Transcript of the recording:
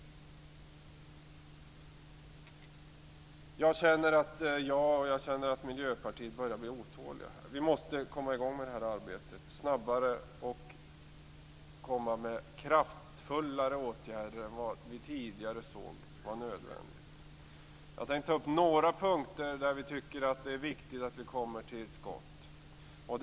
Jag känner att jag och Miljöpartiet börjar bli otåliga. Vi måste komma i gång med detta arbete snabbare, och vi måste komma med kraftfullare åtgärder än vad vi tidigare såg var nödvändigt. Jag tänkte ta upp några punkter där vi tycker att det är viktigt att vi kommer till skott.